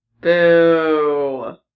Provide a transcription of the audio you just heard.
boo